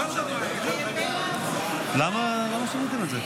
שעבר, נעבור לאזכור חברת הכנסת לשעבר נוזהת